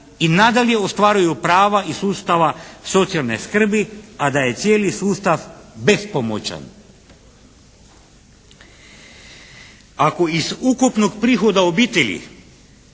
i nadalje ostvaruju prava iz sustava socijalne skrbi, a da je cijeli sustav bespomoćan. Ako iz ukupnog prihoda obitelji,